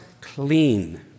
clean